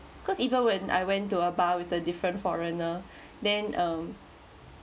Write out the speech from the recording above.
because even when I went to a bar with a different foreigner then um